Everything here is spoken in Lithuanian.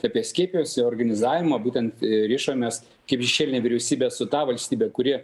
apie skiepyjosi organizavimą būtent rišomės kaip šešėlinė vyriausybė su ta valstybe kuri